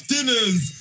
Dinners